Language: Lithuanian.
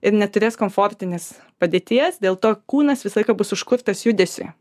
ir neturės komfortinės padėties dėl to kūnas visą laiką bus užkurtas judesį